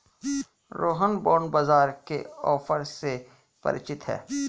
Rohan bond बाजार के offer से परिचित है